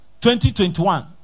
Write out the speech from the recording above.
2021